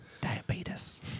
Diabetes